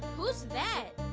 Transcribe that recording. who's that?